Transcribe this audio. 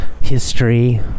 history